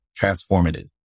transformative